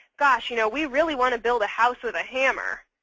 gosh you know we really want to build a house with a hammer.